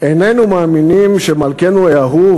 איננו מאמינים שמלכנו האהוב,